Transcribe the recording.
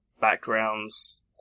backgrounds